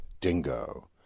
dingo